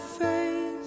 face